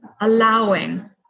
allowing